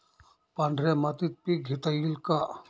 पांढऱ्या मातीत पीक घेता येईल का?